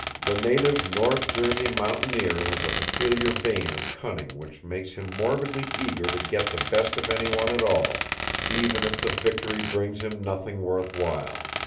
the native north jersey mountaineer has a peculiar vein of cunning which makes him morbidly eager to get the best of anyone at all even if the victory brings him nothing worth while.